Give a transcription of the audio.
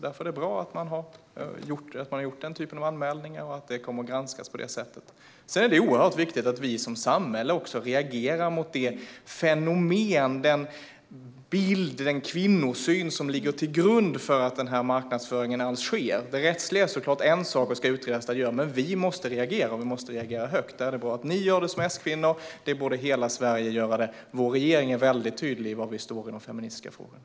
Därför är det bra att man gjort sådana anmälningar och att det kommer att granskas på det sättet. Sedan är det oerhört viktigt att vi som samhälle också reagerar mot detta fenomen och den kvinnosyn som ligger till grund för att denna marknadsföring alls sker. Det rättsliga är såklart en sak och ska utredas, men vi måste reagera, och reagera högt. Det är bra att ni S-kvinnor gör det, och det borde hela Sverige göra. Vår regering är väldigt tydlig med var vi står i de feministiska frågorna.